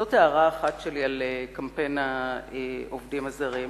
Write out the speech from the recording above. זאת הערה אחת שלי על קמפיין העובדים הזרים.